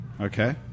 Okay